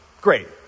Great